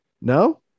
No